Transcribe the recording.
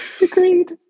Agreed